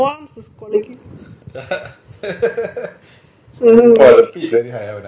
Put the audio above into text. ya even mine you see is super small and you stop coughing later they say you cough